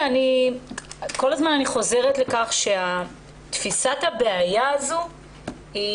כל הזמן אני חוזרת לכך שתפיסת הבעיה הזו היא